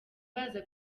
baza